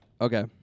okay